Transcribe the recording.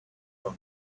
from